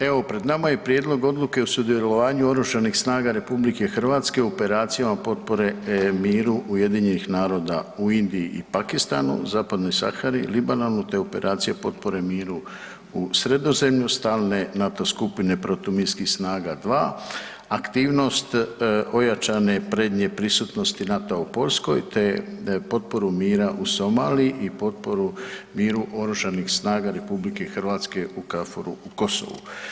Evo pred nama je Prijedlog odluke o sudjelovanju oružanih snaga RH u Operacijama potpore miru UN-a u Indiji i Pakistanu, zapadnoj Sahari, Libanonu, te Operacija potpore miru u Sredozemlju stalne NATO skupine protuminskih snaga 2, aktivnost ojačane prednje prisutnosti NATO-a u Poljskoj, te potporu mira u Somaliji i potporu miru oružanih snaga RH u KFOR-u u Kosovu.